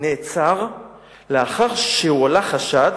נעצר לאחר שעלה חשד